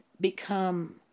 become